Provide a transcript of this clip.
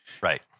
Right